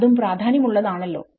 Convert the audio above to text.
അതും പ്രാധാന്യം ഉള്ളതാണല്ലോ